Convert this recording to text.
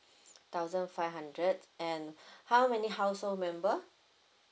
thousand five hundred and how many household member